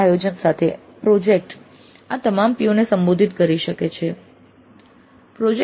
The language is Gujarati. યોગ્ય આયોજન સાથે પ્રોજેક્ટ આ તમામ POને સંબોધિત કરી શકે છે